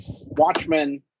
Watchmen